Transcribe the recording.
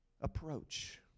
approach